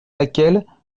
laquelle